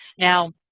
now